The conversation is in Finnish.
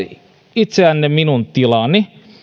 itsenne minun tilalleni